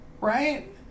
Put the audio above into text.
right